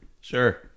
Sure